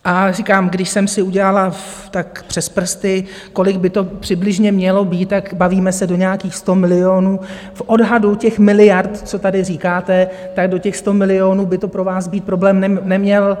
A říkám, když jsem si udělala tak přes prsty, kolik by to přibližně mělo být, bavíme se do nějakých 100 milionů, v odhadu těch miliard, co tady říkáte, do těch 100 milionů by to pro vás být problém neměl.